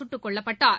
சுட்டுக்கொல்லப்பட்டார்